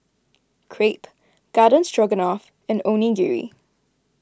Crepe Garden Stroganoff and Onigiri